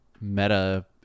meta